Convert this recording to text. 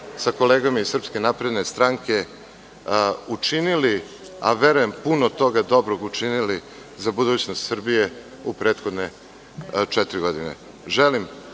sa kolegama iz SNS učinili, a verujem puno toga dobrog učinili za budućnost Srbije u prethodne četiri godine. Želim